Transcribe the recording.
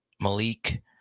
Malik